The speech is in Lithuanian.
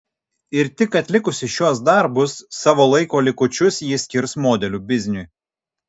ir tik atlikusi šiuos darbus savo laiko likučius ji skirs modelių bizniui